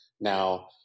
now